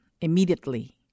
immediately